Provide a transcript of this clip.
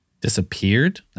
Disappeared